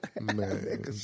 Man